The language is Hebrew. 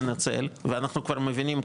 ננצל ואנחנו כבר מבינים,